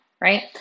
right